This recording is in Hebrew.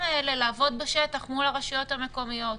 האלה לעבוד בשטח מול הרשויות המקומיות.